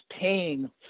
paying